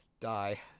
Die